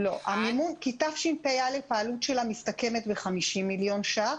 העלות של התקציב לתשפ"א מסתכמת ב-50 מיליון ש"ח,